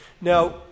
Now